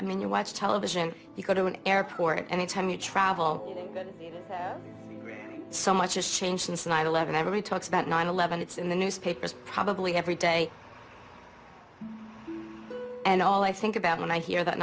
i mean you watch television you go to an airport any time you travel so much has changed since nine eleven every talks about nine eleven it's in the newspapers probably every day and all i think about when i hear that